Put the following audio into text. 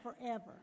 forever